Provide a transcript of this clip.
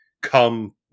come